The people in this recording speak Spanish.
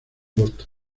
boston